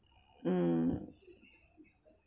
mm